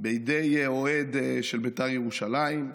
בידי אוהד של בית"ר ירושלים,